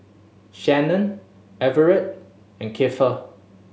Shannon Everett and Keifer